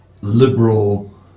liberal